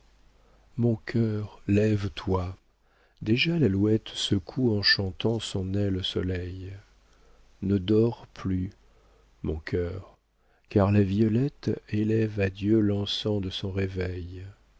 mon cœur lève-toi déjà l'alouette secoue en chantant son aile au soleil ne dors plus mon cœur car la violette élève à dieu l'encens de son réveil